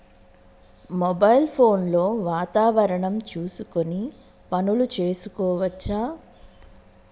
Mobile phone లో వాతావరణం చూసుకొని పనులు చేసుకోవచ్చా?